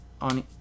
on